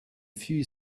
few